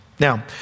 Now